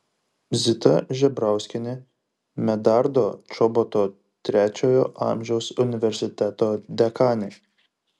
zita žebrauskienė medardo čoboto trečiojo amžiaus universiteto dekanė